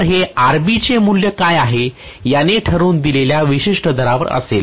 जर हे RB चे मूल्य काय आहे याने ठरवून दिलेल्या विशिष्ट दरावर असेल